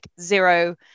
zero